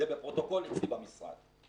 זה בפרוטוקול אצלי במשרד.